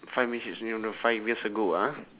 five minutes on the five years ago ah